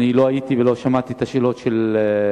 אני לא הייתי ולא שמעתי את השאלות של חברי,